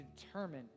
determine